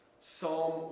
Psalm